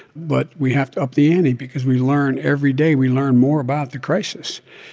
but we have to up the ante because we learn every day we learn more about the crisis.